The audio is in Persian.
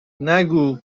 نگو